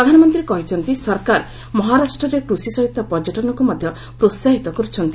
ପ୍ରଧାନମନ୍ତ୍ରୀ କହିଛନ୍ତି ସରକାର ମହାରାଷ୍ଟ୍ରରେ କୃଷି ସହିତ ପର୍ଯ୍ୟଟନକୁ ମଧ୍ୟ ପ୍ରୋସାହିତ କରୁଛନ୍ତି